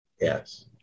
Yes